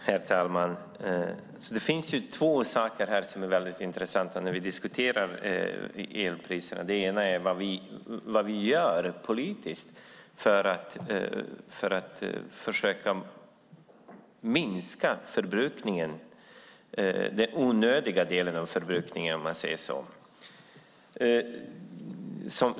Herr talman! Det finns två saker som är väldigt intressanta när vi diskuterar elpriserna. Det ena handlar om vad vi gör politiskt för att försöka minska den onödiga delen av förbrukningen, om man säger så.